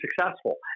successful